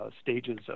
stages